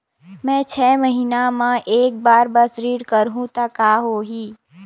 मैं छै महीना म एक बार बस ऋण करहु त का होही?